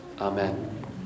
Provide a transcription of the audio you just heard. Amen